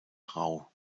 rau